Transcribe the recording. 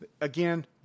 again